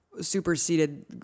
superseded